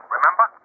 Remember